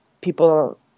people